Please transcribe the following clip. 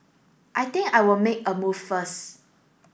I think I will make a move first